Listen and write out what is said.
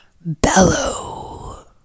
bellow